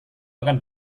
akan